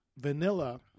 vanilla